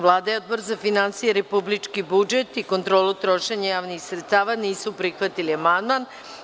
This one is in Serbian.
Vlada i Odbor za finansije, republički budžet i kontrolu trošenja javnih sredstava nisu prihvatili amandman.